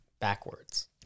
backwards